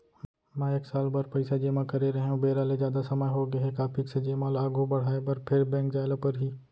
मैं एक साल बर पइसा जेमा करे रहेंव, बेरा ले जादा समय होगे हे का फिक्स जेमा ल आगू बढ़ाये बर फेर बैंक जाय ल परहि?